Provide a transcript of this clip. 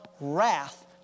wrath